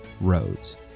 roads